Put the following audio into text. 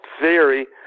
theory